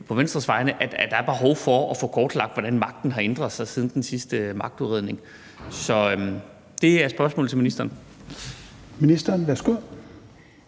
på Venstres vegne – at der er behov for at få kortlagt, hvordan magten har ændret sig siden den sidste magtudredning. Så det er spørgsmålet til ministeren. Kl. 17:16 Tredje